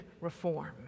reform